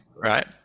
Right